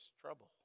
trouble